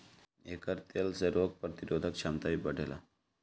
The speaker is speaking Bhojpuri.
एकर तेल से रोग प्रतिरोधक क्षमता भी बढ़ेला